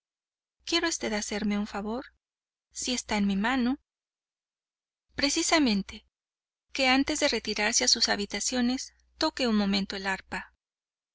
quiere usted hacerme un favor si está en mi mano precisamente que antes de retirarse a sus habitaciones toque un momento el arpa